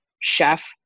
chef